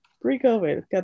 pre-covid